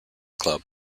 club